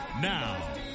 Now